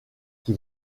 qui